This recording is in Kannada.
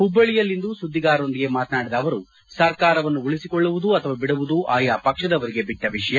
ಹುಬ್ಬಳ್ಳಿಯಲ್ಲಿಂದು ಸುದ್ದಿಗಾರರೊಂದಿಗೆ ಮಾತನಾಡಿದ ಅವರು ಸರ್ಕಾರವನ್ನು ಉಳಿಸಿಕೊಳ್ಳುವುದು ಅಥವಾ ಬಿಡುವುದು ಆಯಾ ಪಕ್ಷದವರಿಗೆ ಬಿಟ್ಟ ವಿಷಯ